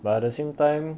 but at the same time